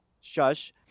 shush